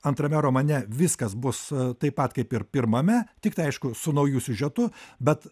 antrame romane viskas bus taip pat kaip ir pirmame tiktai aišku su nauju siužetu bet